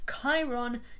Chiron